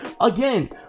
again